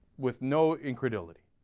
with no incredulous by